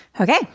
okay